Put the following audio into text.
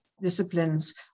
disciplines